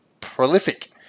prolific